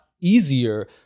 easier